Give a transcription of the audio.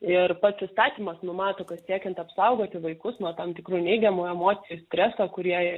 ir pats įstatymas numato kad siekiant apsaugoti vaikus nuo tam tikrų neigiamų emocijų streso kurį jie